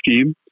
scheme